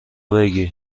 بگیر